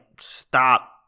stop